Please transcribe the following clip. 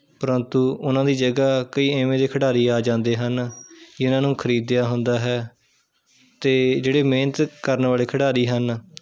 ਪ੍ਰੰਤੂ ਉਹਨਾਂ ਦੀ ਜਗ੍ਹਾ ਕਈ ਐਵੇਂ ਦੇ ਖਿਡਾਰੀ ਆ ਜਾਂਦੇ ਹਨ ਜਿਹਨਾਂ ਨੂੰ ਖਰੀਦਿਆ ਹੁੰਦਾ ਹੈ ਅਤੇ ਜਿਹੜੇ ਮਿਹਨਤ ਕਰਨ ਵਾਲੇ ਖਿਡਾਰੀ ਹਨ